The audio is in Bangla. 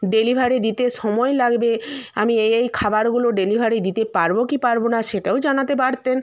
ডেলিভারি দিতে সময় লাগবে আমি এই এই খাবারগুলো ডেলিভারি দিতে পারবো কি পারবো না সেটাও জানাতে পারতেন